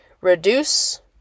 Reduce